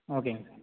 ஓகேங்க சார்